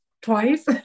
twice